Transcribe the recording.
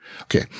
Okay